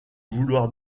vouloir